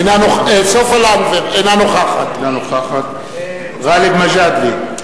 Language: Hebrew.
אינה נוכחת גאלב מג'אדלה,